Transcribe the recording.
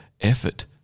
effort